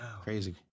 Crazy